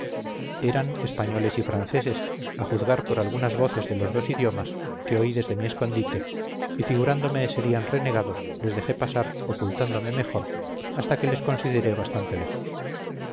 eran españoles y franceses a juzgar por algunas voces de los dos idiomas que oí desde mi escondite y figurándome serían renegados les dejé pasar ocultándome mejor hasta que les consideré bastante lejos